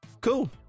cool